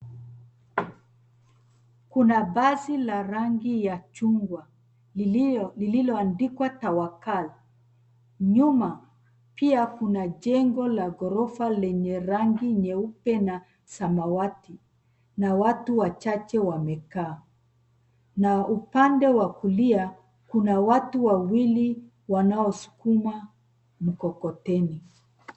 Kuna basi la rangi ya chungwa lililoandikwa Tawakal. Nyuma pia kuna jengo la gorofa lenye rangi nyeupe na samawati na watu wachache wamekaa na upande wa kulia kuna watu wawili wanaosukuma mkokoteni.